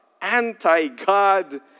anti-God